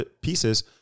pieces